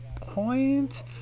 point